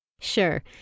Sure